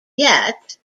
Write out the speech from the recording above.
yet